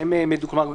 כלומר,